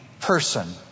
person